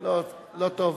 לא טוב,